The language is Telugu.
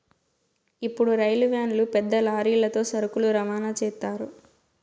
ఇప్పుడు రైలు వ్యాన్లు పెద్ద లారీలతో సరుకులు రవాణా చేత్తారు